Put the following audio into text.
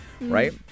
right